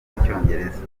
n’icyongereza